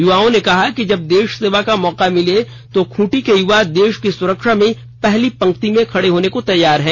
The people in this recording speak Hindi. युवाओं ने कहा कि जब देश सेवा का मौका मिले तो खूंटी के युवा देश की सुरक्षा में पहली पंक्ति में खड़े होने को तैयार हैं